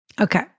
Okay